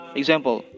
example